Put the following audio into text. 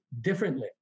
differently